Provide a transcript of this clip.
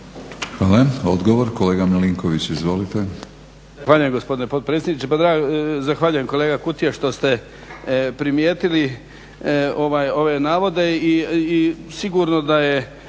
Hvala. Odgovor kolega Milinković, izvolite.